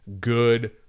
good